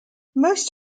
most